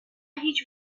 هیچ